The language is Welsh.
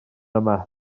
yma